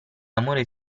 amore